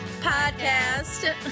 Podcast